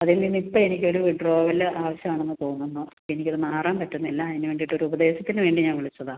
അതിൽ നിന്ന് ഇപ്പോൾ എനിക്കൊരു വിത്ഡ്രോവല് ആവശ്യമാണെന്ന് തോന്നുന്നു എനിക്കത് മാറാൻ പറ്റുന്നില്ല അതിന് വേണ്ടീട്ടൊരു ഉപദേശത്തിന് വേണ്ടി ഞാൻ വിളിച്ചതാണ്